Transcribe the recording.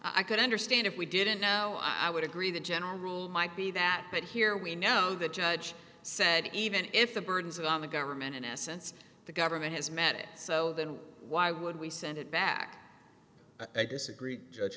i could understand if we didn't know i would agree the general rule might be that but here we know the judge said even if the burdens on the government in essence the government has met it so then why would we send it back i disagree judge